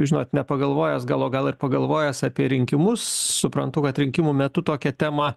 žinot nepagalvojęs gal o gal ir pagalvojęs apie rinkimus suprantu kad rinkimų metu tokią temą